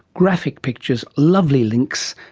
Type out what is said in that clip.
graphic pictures, lovely links,